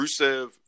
Rusev